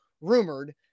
rumored